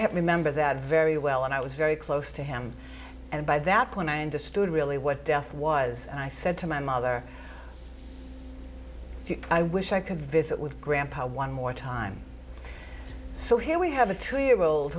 remember that very well and i was very close to him and by that point i understood really what death was and i said to my mother i wish i could visit with grandpa one more time so here we have a two year old